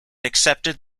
accepted